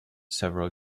several